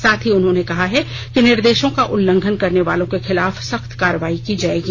साथ ही उन्होंने कहा है कि निर्देशों का उल्लंघन करने वालों के खिलाफ सख्त कार्रवाई की जाएगी